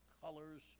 colors